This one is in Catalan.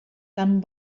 tan